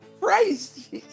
Christ